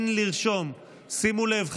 שימו לב,